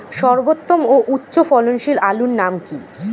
সর্বোত্তম ও উচ্চ ফলনশীল আলুর নাম কি?